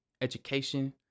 education